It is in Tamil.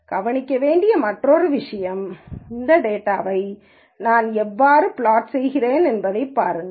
கவனிக்க வேண்டிய மற்றொரு முக்கியமான விஷயம் இந்தத் டேட்டாவை நான் எவ்வாறு பிளாட் செய்கிறேன் என்பதைப் பாருங்கள்